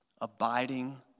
abiding